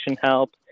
help